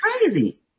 crazy